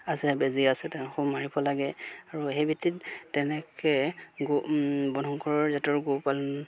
আছে বেজি আছে তেওঁকো মাৰিব লাগে আৰু সেই ভিত্তিত তেনেকৈ বৰ্ণশংকৰ জাতৰ গৌপালন